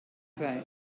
kwijt